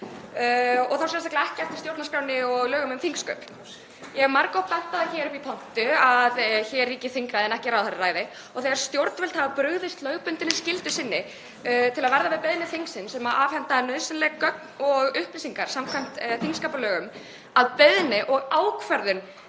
og sérstaklega eftir stjórnarskránni og lögum um þingsköp. Ég hef margoft sagt það hér í pontu að hér ríkir þingræði en ekki ráðherraræði og þegar stjórnvöld hafa brugðist lögbundinni skyldu sinni til að verða við beiðni þingsins um að afhenda nauðsynleg gögn og upplýsingar samkvæmt þingskapalögum, að beiðni og ákvörðun